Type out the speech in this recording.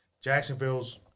Jacksonville's